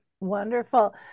Wonderful